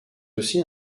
aussi